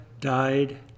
died